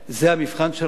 זה המבחן שלה,